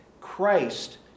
Christ